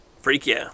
Freaky